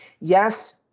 yes